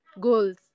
goals